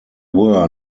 were